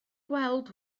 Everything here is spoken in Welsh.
gweld